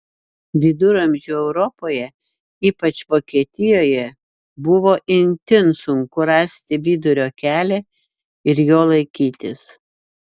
viduramžių europoje ypač vokietijoje buvo itin sunku rasti vidurio kelią ir jo laikytis